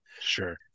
Sure